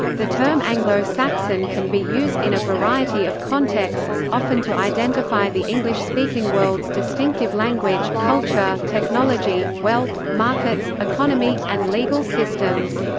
the term anglo-saxon can be used in a variety of contexts, often to identify the english-speaking world's distinctive language, culture, technology, wealth, markets, economy, and legal systems.